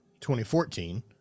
2014